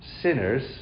sinners